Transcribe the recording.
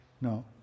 no